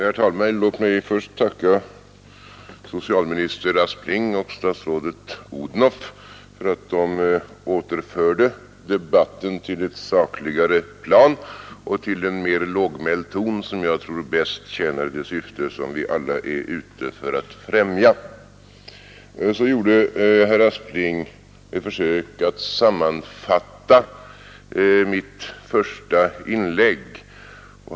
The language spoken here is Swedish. Herr talman! Låt mig först tacka socialminister Aspling och statsrådet Odhnoff för att de återförde debatten till ett sakligare plan och till en mera lågmäld ton, som jag tror bäst tjänar det syfte som vi alla är ute för att främja. Herr Aspling gjorde ett försök att sammanfatta mitt första inlägg.